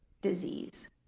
disease